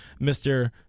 Mr